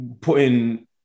putting